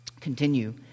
Continue